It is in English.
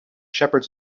shepherds